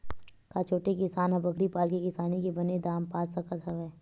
का छोटे किसान ह बकरी पाल के किसानी के बने दाम पा सकत हवय?